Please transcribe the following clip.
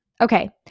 okay